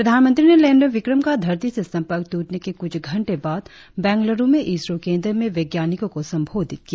प्रधानमंत्री ने लैंडर विक्रम का धरती से संपर्क टूटने के कुछ घंटे बाद बैंगलुरु में इसरो केंद्र में वैज्ञानिको को संबोधित किया